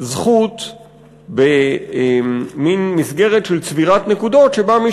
זכות במין מסגרת של צבירת נקודות שבה מי